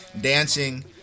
dancing